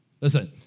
Listen